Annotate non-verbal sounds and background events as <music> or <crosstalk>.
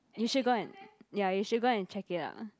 you should go and <noise> ya you should go and check it out